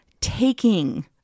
taking